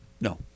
no